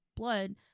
blood